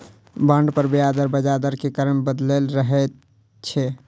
bond पर ब्याज दर बजार दर के कारण बदलैत रहै छै